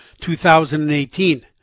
2018